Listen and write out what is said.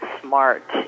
smart